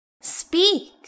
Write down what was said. speak